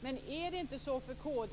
Men är det inte så att det för